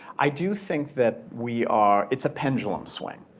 i do think that we are, it's a pendulum swing.